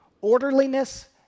Orderliness